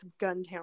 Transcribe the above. Guntown